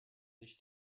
sich